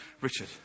Richard